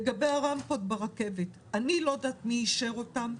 לגבי הרמפות ברכבת, אני לא יודעת מי אישר אותן,